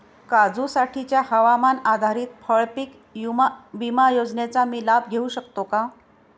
काजूसाठीच्या हवामान आधारित फळपीक विमा योजनेचा मी लाभ घेऊ शकतो का?